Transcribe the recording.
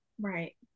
right